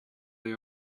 they